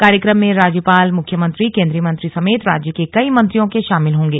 कार्यक्रम में राज्यपाल मुख्यमंत्री केन्द्रीय मंत्री समेत राज्य के कई मंत्रियों के शामिल होंगे